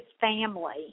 family